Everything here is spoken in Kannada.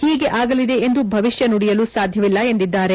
ಹೀಗೆ ಆಗಲಿದೆ ಎಂದು ಭವಿಷ್ಕ ನುಡಿಯಲು ಸಾಧ್ವವಿಲ್ಲ ಎಂದಿದ್ದಾರೆ